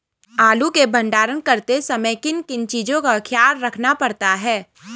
आलू के भंडारण करते समय किन किन चीज़ों का ख्याल रखना पड़ता है?